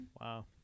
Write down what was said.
Wow